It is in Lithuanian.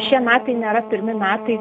šie metai nėra pirmi metai